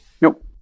nope